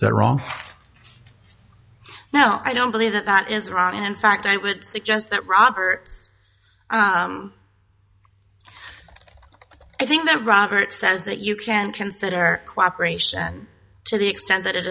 they're wrong no i don't believe that that is right and in fact i would suggest that robert i think that robert says that you can consider cooperation to the extent that it